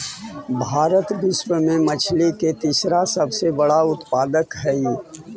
भारत विश्व में मछली के तीसरा सबसे बड़ा उत्पादक हई